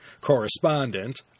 correspondent